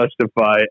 justify